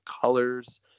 colors